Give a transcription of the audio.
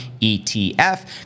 ETF